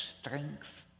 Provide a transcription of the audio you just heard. strength